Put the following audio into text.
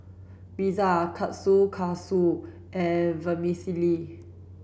pizza Kushikatsu and Vermicelli